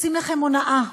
עושים לכם הונאה,